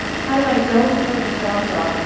how do i go to where the jobs are,